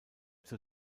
zur